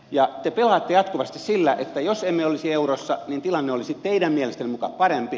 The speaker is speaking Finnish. te pelaatte jatkuvasti sillä että jos emme olisi eurossa niin tilanne olisi teidän mielestänne muka parempi